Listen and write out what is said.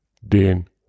den